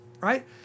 right